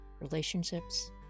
relationships